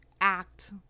act